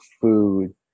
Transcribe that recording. food